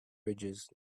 ridges